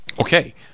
Okay